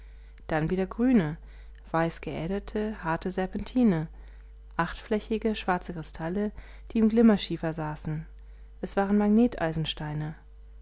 dann wieder grüne weißgeäderte harte serpentine achtflächige schwarze kristalle die im glimmerschiefer saßen es waren